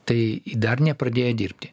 tai dar nepradėję dirbti